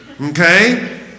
Okay